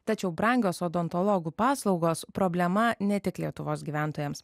tačiau brangios odontologų paslaugos problema ne tik lietuvos gyventojams